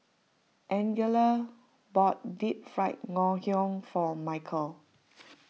Angella bought Deep Fried Ngoh Hiang for Michel